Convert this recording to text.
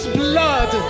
blood